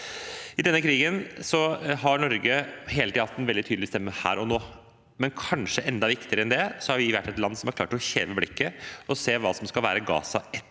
I denne krigen har Norge hele tiden hatt en veldig tydelig stemme her og nå, men kanskje enda viktigere enn det har vi vært et land som har klart å heve blikket og se hva som skal være Gaza